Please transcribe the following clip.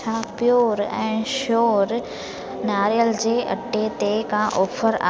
छा pure and sure नारेल जे अटे ते का ऑफर आहे